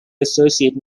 associate